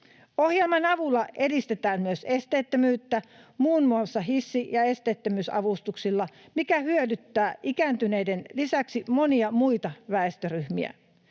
Ohjelman avulla edistetään myös esteettömyyttä muun muassa hissi- ja esteettömyysavustuksilla, mikä hyödyttää ikääntyneiden lisäksi monia muita väestöryhmiä.